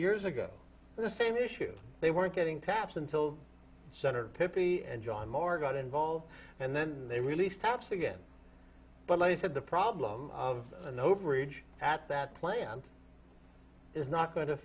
years ago the same issue they weren't getting taps until senator pippy and john mara got involved and then they released taps again but they said the problem of an overage at that plant is not going to